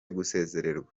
gusezererwa